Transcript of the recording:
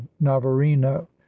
navarino